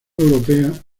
europea